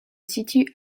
situe